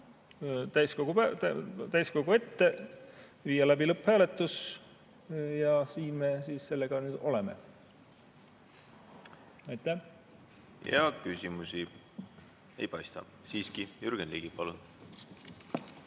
täiskogu ette ja viia läbi lõpphääletus. Siin me nüüd sellega oleme. Aitäh! Küsimusi ei paista. Siiski, Jürgen Ligi, palun!